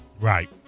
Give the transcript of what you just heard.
Right